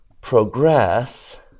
progress